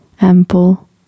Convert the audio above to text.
ample